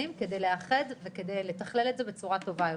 כדי לאחד ולתכלל את זה בצורה טובה יותר.